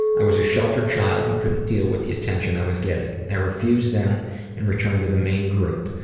i was a sheltered child and couldn't deal with the attention i was getting. i refused them and returned to the main group.